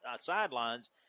sidelines